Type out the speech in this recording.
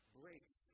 breaks